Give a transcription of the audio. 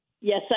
Yes